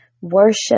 worship